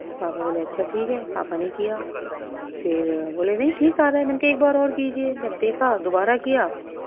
پاپا بولے اچھا ٹھیک ہے پاپا نے کیا پھر بولے نہیں ٹھیک آ رہا ہے میں نے کہا ایک بار اور کیجیے جب دیکھا دوبارہ کیا